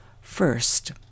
first